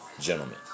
gentlemen